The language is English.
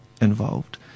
involved